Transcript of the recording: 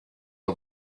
are